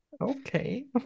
okay